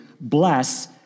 bless